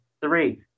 three